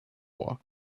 war